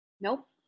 Nope